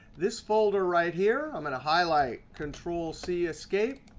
this folder right here, i'm going to highlight control c escape.